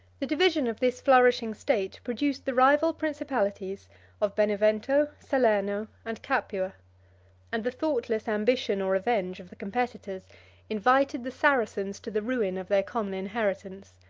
the division of this flourishing state produced the rival principalities of benevento, salerno, and capua and the thoughtless ambition or revenge of the competitors invited the saracens to the ruin of their common inheritance.